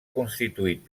constituït